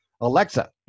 Alexa